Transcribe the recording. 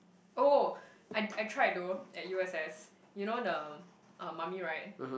oh I I tried though at U_S_S you know the uh mummy ride